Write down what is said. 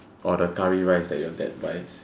or the curry rice that your dad buys